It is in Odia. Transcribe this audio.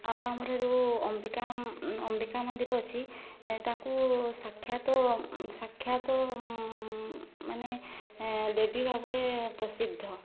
ଆଉ ଆମର ଯେଉଁ ଅମ୍ବିକା ଅମ୍ବିକା ମନ୍ଦିର ଅଛି ତାଙ୍କୁ ସାକ୍ଷାତ ସାକ୍ଷାତ ମାନେ ଦେବୀ ଭାବରେ ପ୍ରସିଦ୍ଧ